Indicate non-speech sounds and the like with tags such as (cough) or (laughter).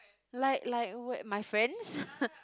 like like where my friends (laughs)